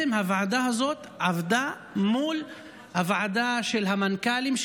הוועדה הזאת עבדה מול הוועדה של המנכ"לים,